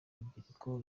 urubyiruko